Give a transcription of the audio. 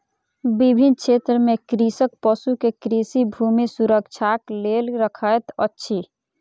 विभिन्न क्षेत्र में कृषक पशु के कृषि भूमि सुरक्षाक लेल रखैत अछि